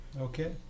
Okay